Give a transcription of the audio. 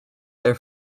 their